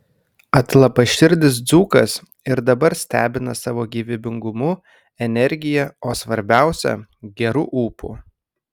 atlapaširdis dzūkas ir dabar stebina savo gyvybingumu energija o svarbiausia geru ūpu